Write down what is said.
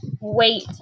wait